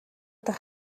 дахь